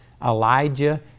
Elijah